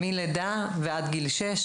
מגיל לידה ועד גיל שש,